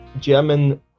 German